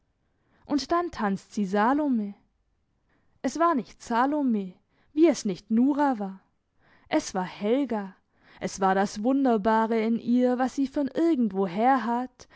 und dann tanzt sie salome es war nicht salome wie es nicht nora war es war helga es war das wunderbare in ihr was sie von irgend woher hat